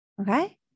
Okay